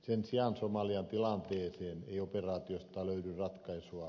sen sijaan somalian tilanteeseen ei operaatiosta löydy ratkaisua